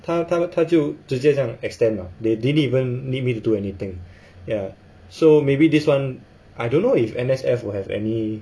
他他他就直接这样 extend 了 they didn't even need me to do anything ya so maybe this one I don't know if N_S_F will have any